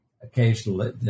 occasionally